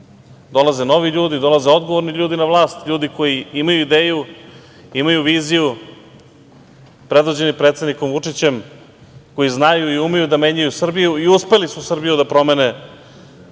dolaze novi ljudi i odgovorni ljudi na vlast, ljudi koji imaju ideju i imaju viziju, predvođeni predsednikom Vučićem, koji znaju i umeju da menjaju Srbiju i uspeli su Srbiju da promene u